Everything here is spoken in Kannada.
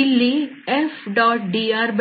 ಇಲ್ಲಿ Fdrdθ